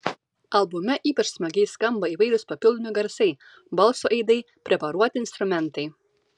albume ypač smagiai skamba įvairūs papildomi garsai balso aidai preparuoti instrumentai